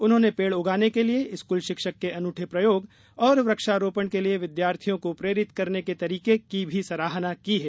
उन्होंने पेड़ उगाने के लिए स्कूल शिक्षक के अनूठे प्रयोग और वृक्षारोपण के लिए विद्यार्थियों को प्रेरित करने के तरीके की भी सराहना की है